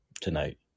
tonight